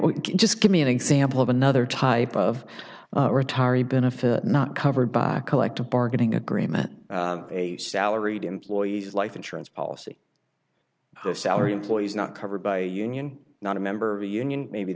would just give me an example of another type of atari benefit not covered by a collective bargaining agreement a salaried employees life insurance policy of salary employees not covered by union not a member of a union maybe